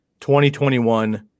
2021